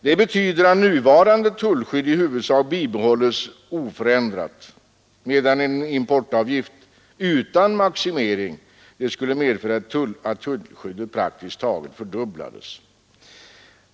Det betyder att nuvarande tullskydd i huvudsak bibehålles oförändrat, medan en importavgift utan maximering skulle medföra att tullskyddet praktiskt taget fördubblades.